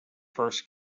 first